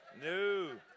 no